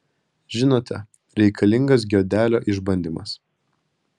žinote reikalingas giodelio išbandymas